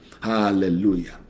hallelujah